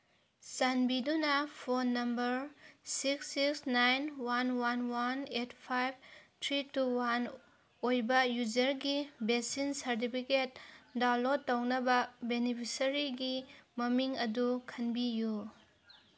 ꯆꯥꯟꯕꯤꯗꯨꯅ phone number six six nine one one one eight five three two one ꯑꯣꯏꯕ ꯌꯨꯖꯔꯒꯤ vaccine certificate download ꯇꯧꯅꯕ ꯕꯦꯅꯤꯐꯤꯁꯔꯤꯒꯤ ꯃꯃꯤꯡ ꯑꯗꯨ ꯈꯟꯕꯤꯌꯨ